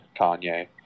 Kanye